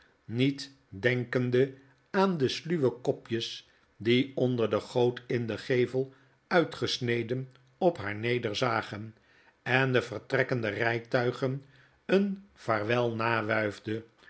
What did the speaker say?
niet denkende aan de sluwe kopjes die onder de goot in den gevel uitgesneden op haar nederzagen en de vertrekkende rytuigen een vaarwel